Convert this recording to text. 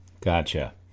Gotcha